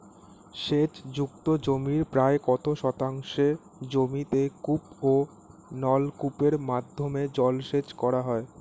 সেচ যুক্ত জমির প্রায় কত শতাংশ জমিতে কূপ ও নলকূপের মাধ্যমে জলসেচ করা হয়?